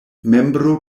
membro